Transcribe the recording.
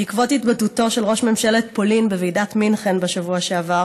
בעקבות התבטאותו של ראש ממשלת פולין בוועידת מינכן בשבוע שעבר